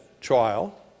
trial